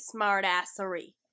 smartassery